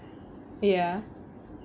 ya